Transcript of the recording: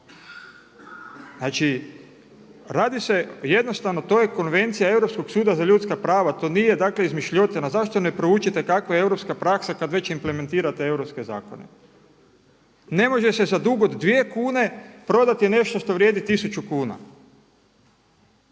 Znači radi se o jednostavno, to je konvencija Europskog suda za ljudska prava, to nije dakle izmišljotina. Zašto ne proučite kakva je europska praksa kad već implementirate europske zakone? Ne može se za dug od 2 kune prodati nešto što vrijedi 1000 kuna.